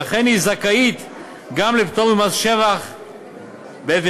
ולכן היא זכאית גם לפטור ממס שבח במכירתו.